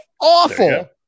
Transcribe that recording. awful